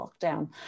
lockdown